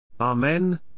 Amen